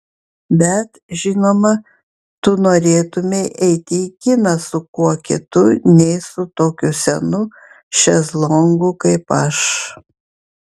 bet žinoma tu norėtumei eiti į kiną su kuo kitu nei su tokiu senu šezlongu kaip aš